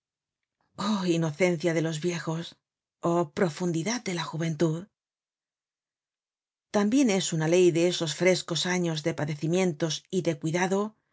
oh inocencia de los viejos oh profundidad de la juventud tambien es una ley de esos frescos años de padecimientos y de cuidado